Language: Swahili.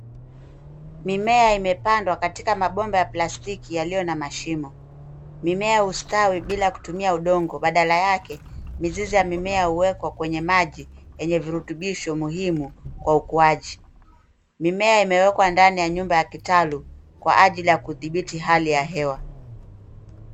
Mimea imepandwa katika mabomba ya plastiki yaliyo na mashimo. Mimea hustawi bila kutumia udongo badala yake. Mizizi ya mimea huwekwa kwenye maji yenye virutubisho muhimu kwa ukuaji. Mimea imewekwa ndani ya nyumba ya kitaalum kwa ajili ya kudhibiti hali ya hewa.